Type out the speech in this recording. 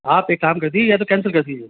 आप एक काम कर दीजीए या तो कैंसिल कर दीजीए